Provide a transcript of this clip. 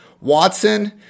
Watson